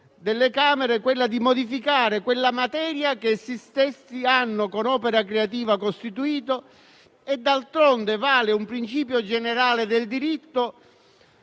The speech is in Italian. delle Camere quella di modificare questa materia che essi stessi, con opera creativa, hanno costituito. D'altronde, vale un principio generale del diritto,